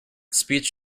speech